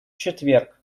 четверг